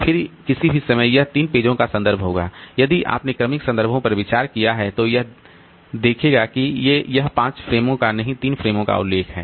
फिर किसी भी समय यह 3 पेजों का संदर्भ होगा यदि आपने क्रमिक संदर्भों पर विचार किया है तो यह देखेगा कि यह 5 फ़्रेमों का नहीं 3 फ्रेमों का उल्लेख है